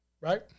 right